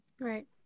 Right